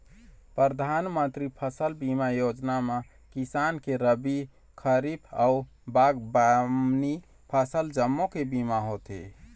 परधानमंतरी फसल बीमा योजना म किसान के रबी, खरीफ अउ बागबामनी फसल जम्मो के बीमा होथे